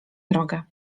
drogę